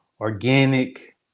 organic